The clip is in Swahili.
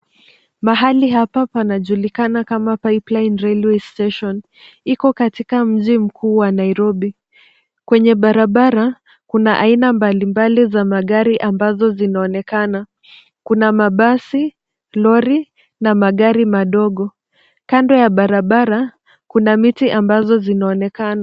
Mahali hapa pana julikana kama Pipeline Railway Station. Iko katika mji mkuu wa Nairobi. Kwenye barabara, kuna aina mbalimbali za magari ambazo zinaonekana. Kuna mabasi, lori na magari madogo. Kando ya barabara, kuna miti ambazo zinaonekana.